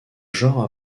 genre